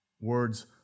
Words